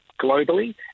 Globally